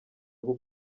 rwo